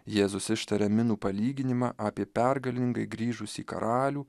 jėzus ištaria minų palyginimą apie pergalingai grįžusį karalių